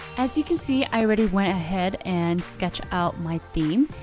as you can see, i already went ahead and sketched out my theme.